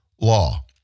law